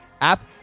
app